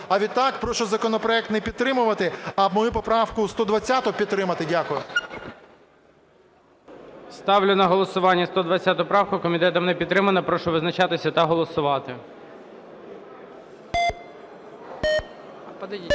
А відтак прошу законопроект не підтримувати, а мою поправку 120 підтримати. Дякую. ГОЛОВУЮЧИЙ. Ставлю на голосування 120 правку. Комітетом не підтримана. Прошу визначатися та голосувати. 11:29:08